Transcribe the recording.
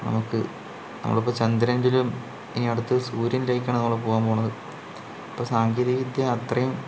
നമുക്ക് നമ്മളിപ്പോൾ ചന്ദ്രൻ്റെ ഒരു ഇനി അടുത്തത് സൂര്യനിലേക്കാണ് നമ്മള് പോകാൻ പോണത് അപ്പോൾ സാങ്കേതിക വിദ്യ അത്രയും